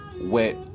Wet